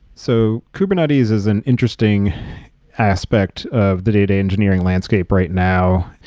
so, kubernetes is an interesting aspect of the data engineering landscape right now.